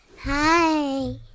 Hi